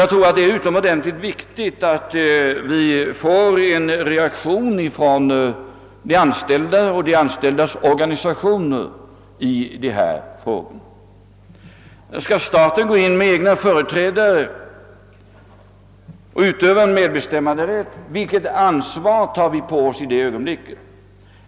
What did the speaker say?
Jag tror att det är utomordentligt viktigt att det blir en reaktion från de anställda och deras organisationer i dessa frågor. Skall staten gå in med egna företrädare och utöva medbestämmanderätt, vilket ansvar tar vi på oss i det ögonblicket?